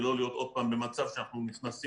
ולא להיות עוד פעם במצב שאנחנו נכנסים